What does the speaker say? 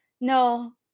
No